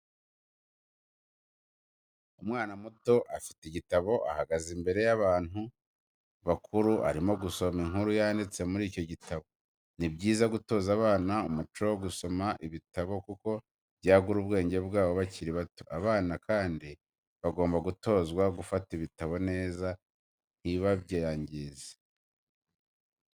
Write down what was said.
Umwana muto afite igitabo ahagaze imbere y'abantu bakuru arimo gusoma inkuru yanditse muri icyo gitabo. Ni byiza gutoza abana umuco wo gusoma ibitabo kuko byagura ubwenge bwabo bakiri bato, abana kandi bagomba gutozwa gufata ibitabo neza ntibabyangize.